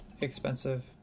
expensive